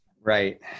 Right